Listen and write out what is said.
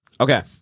Okay